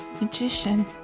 magician